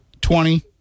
Twenty